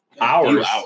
hours